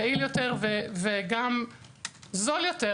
יעיל יותר וזול יותר,